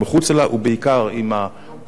ובעיקר עם התקשורת,